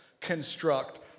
construct